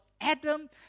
Adam